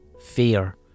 fear